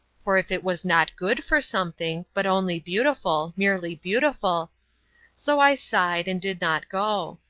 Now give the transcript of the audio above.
for if it was not good for something, but only beautiful, merely beautiful so i sighed, and did not go.